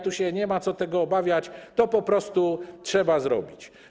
Tu nie ma co się tego obawiać, to po prostu trzeba zrobić.